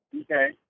Okay